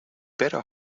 better